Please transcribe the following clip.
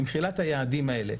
היא מכילה את היעדים האלה.